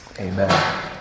Amen